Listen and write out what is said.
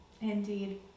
Indeed